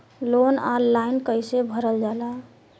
Loan online कइसे भरल जाला?